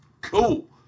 Cool